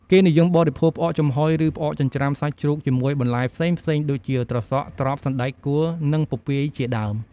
គេនិយមបរិភោគផ្អកចំហុយ ឬ ផ្អកចិញ្ចាំ្រសាច់ជ្រូកជាមួយបន្លែផ្សេងៗដូចជា ត្រសក់ ត្រប់ សណ្តែកកួរ និងពពាយជាដើម។